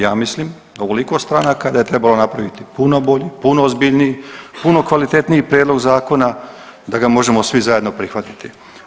Ja mislim da je ovoliko stranaka da je trebalo napraviti puno bolji, puno ozbiljniji, puno kvalitetniji prijedlog zakona, da ga možemo svi zajedno prihvatiti.